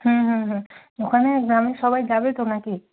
হুম হুম হুম ওখানে গ্রামের সবাই যাবে তো না কি